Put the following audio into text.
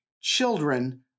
children